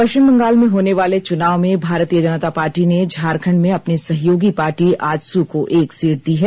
पश्चिम बंगाल में होने वाले चुनाव में भारतीय जनता पार्टी ने झारखंड में अपनी सहयोगी पार्टी आजसू को एक सीट दी है